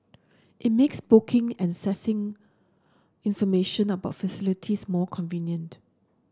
it makes booking and accessing information about facilities more convenient